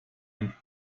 and